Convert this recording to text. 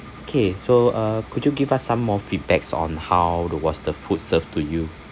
okay so uh could you give us some more feedbacks on how the was the food served to you